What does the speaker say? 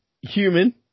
human